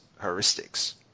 heuristics